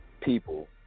people